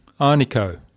Arnico